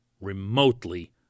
remotely